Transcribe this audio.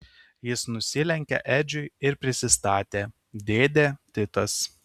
jis nusilenkė edžiui ir prisistatė dėdė titas